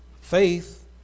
faith